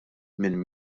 minn